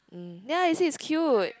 mm ya you see it's cute